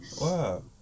Wow